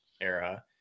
era